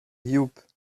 yupp